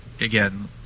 again